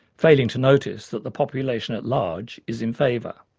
failing to notice that the population at large is in favour.